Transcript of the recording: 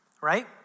right